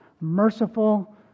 merciful